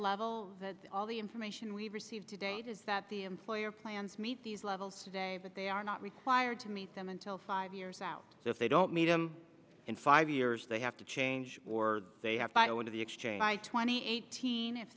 level that's all the information we received today says that the employer plans meets these levels today but they are not required to meet them until five years out so if they don't meet them in five years they have to change or they have title one of the exchange twenty eighteen if